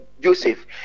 Joseph